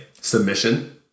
submission